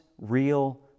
real